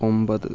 ഒമ്പത്